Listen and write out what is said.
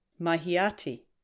Mahiati